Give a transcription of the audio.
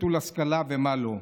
נטול השכלה ומה לא.